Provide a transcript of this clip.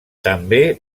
també